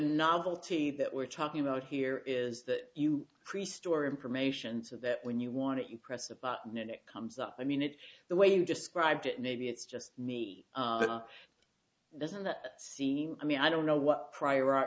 novelty that we're talking about here is that you crease store information so that when you want to impress a button and it comes up i mean it the way you described it maybe it's just me doesn't that seem i mean i don't know what prior ar